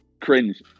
cringe